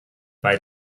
bei